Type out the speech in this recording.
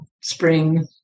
spring